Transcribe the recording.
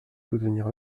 soutenir